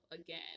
again